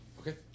Okay